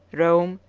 rome,